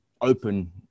open